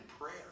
prayer